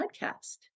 podcast